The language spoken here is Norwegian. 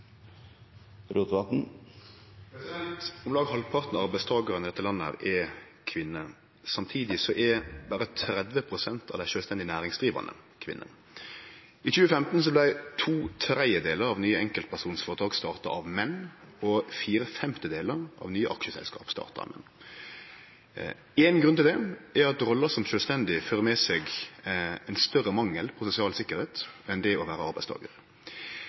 Rotevatn. Om lag halvparten av arbeidstakarane i dette landet er kvinner. Samtidig er berre 30 pst av dei sjølvstendig næringsdrivande kvinner. I 2015 vart to tredjedelar av nye enkeltpersonsføretak starta av menn, og fire femtedelar av nye aksjeselskap vart starta av menn. Ein grunn til det er at rolla som sjølvstendig næringsdrivande fører med seg ein større mangel på sosial tryggleik enn det å